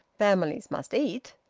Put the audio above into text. families must eat.